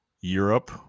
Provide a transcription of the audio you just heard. Europe